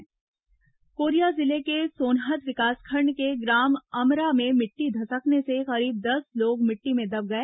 हादसा कोरिया जिले के सोनहत विकासखंड के ग्राम अमरा में मिट्टी धसकने से करीब दस लोग मिट्टी में दब गए